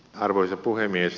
arvoisa puhemies